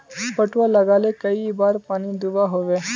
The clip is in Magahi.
पटवा लगाले कई बार पानी दुबा होबे?